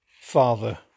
Father